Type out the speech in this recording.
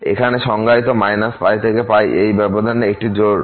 এখানে সংজ্ঞায়িত এবং এই ব্যবধানে এটি জোড়